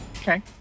Okay